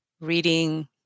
reading